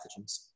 pathogens